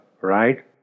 right